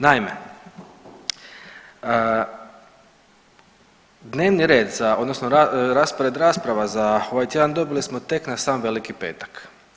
Naime, dnevni red odnosno raspored rasprava za ovaj tjedan dobili smo tek na sam Veliki petak.